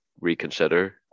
reconsider